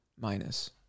minus